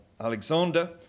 Alexander